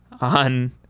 on